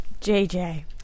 JJ